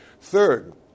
Third